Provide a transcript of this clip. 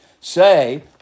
Say